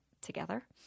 together